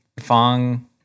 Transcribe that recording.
Fong